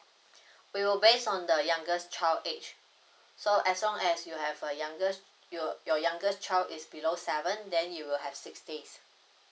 we will based on the youngest child age so as long as you have a youngest your younger child is below seven then you will have six days